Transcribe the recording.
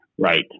right